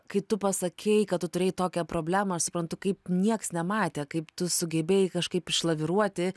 kai tu pasakei kad tu turėjai tokią problemą aš suprantu kaip nieks nematė kaip tu sugebėjai kažkaip išlaviruoti